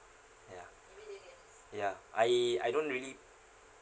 ya ya I I don't really